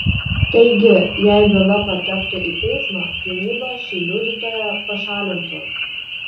taigi jei byla patektų į teismą gynyba šį liudytoją pašalintų